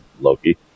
Loki